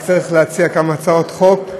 רק צריך להציע כמה הצעות חוק,